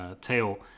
Tail